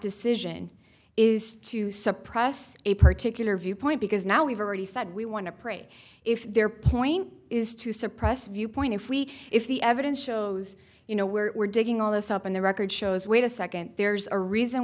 decision is to suppress a particular viewpoint because now we've already said we want to pray if their point is to suppress viewpoint if we if the evidence shows you know where we're digging all this up on the record shows wait a second there's a reason